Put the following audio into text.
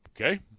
Okay